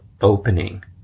opening